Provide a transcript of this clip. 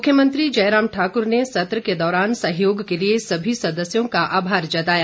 मुख्यमंत्री जयराम ठाकुर ने सत्र के दौरान सहयोग के लिए सभी सदस्यों का आभार जताया